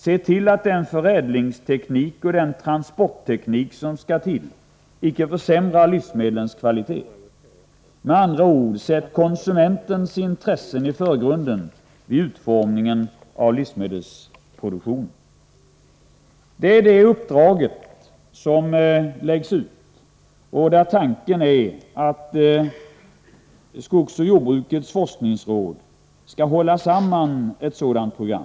Se till att den förädlingsteknik och den transportteknik som används icke försämrar livsmedlens kvalitet! Med andra ord: Sätt konsumentens intressen i förgrunden vid utformningen av livsmedelsproduktionen! Det är detta uppdrag som läggs ut, och tanken är att skogsoch jordbrukets forskningsråd skall hålla samman ett sådant här program.